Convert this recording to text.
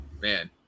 man